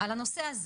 על הנושא הזה.